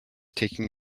taking